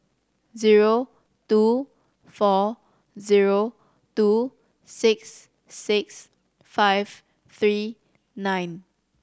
zero two four zero two six six five three nine